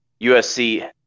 USC –